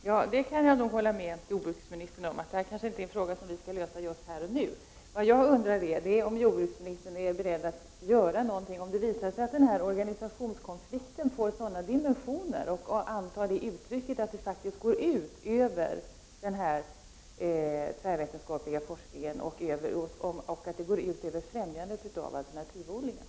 Herr talman! Jag kan hålla med jordbruksministern om att detta kanske inte är en fråga som vi skall lösa här och nu. Vad jag undrade var om jordbruksministern är beredd att göra någonting, om det visar sig att denna organisationskonflikt får sådana dimensioner och antar sådana uttryck att det går ut över den tvärvetenskapliga forskningen och över främjandet av alternativodlingen.